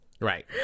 Right